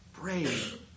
brave